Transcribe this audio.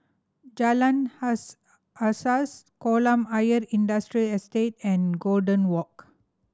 Jalan Asas Kolam Ayer Industrial Estate and Golden Walk